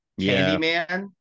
Candyman